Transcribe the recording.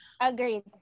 Agreed